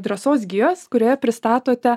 drąsos gijos kurioje pristatote